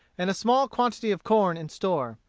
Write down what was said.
and a small quantity of corn in store.